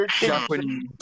Japanese